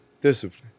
Discipline